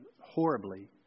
horribly